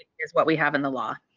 it's what we have in the law.